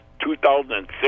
2006